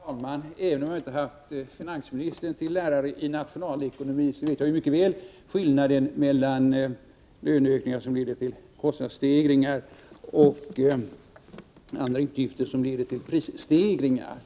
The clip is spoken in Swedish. Herr talman! Även om jag inte har haft finansministern som lärare i nationalekonomi, vet jag mycket väl skillnaden mellan löneökningar som leder till kostnadsstegringar och löneökningar som leder till prisstegringar.